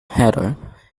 heather